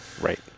Right